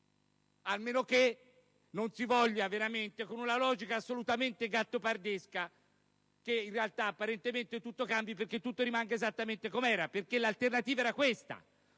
A meno che non si voglia veramente, con una logica assolutamente gattopardesca, che in realtà apparentemente tutto cambi perché tutto rimanga esattamente com'era: perché l'alternativa era questa.